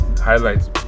highlights